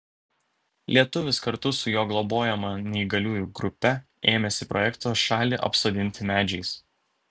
lietuvis kartu su jo globojama neįgaliųjų grupe ėmėsi projekto šalį apsodinti medžiais